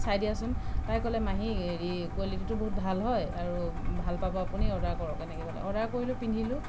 চাই দিয়াচোন তাই ক'লে মাহী হেৰি কোৱালিটিটো বহুত ভাল হয় আৰু ভাল পাব আপুনি অৰ্ডাৰ কৰক এনেকৈ ক'লে অৰ্ডাৰ কৰিলোঁ পিন্ধিলোঁ